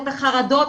את החרדות,